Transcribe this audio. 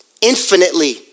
infinitely